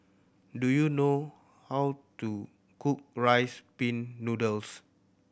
do you know how to cook Rice Pin Noodles